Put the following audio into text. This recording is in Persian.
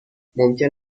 ممکن